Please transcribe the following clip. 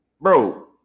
Bro